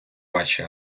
ваші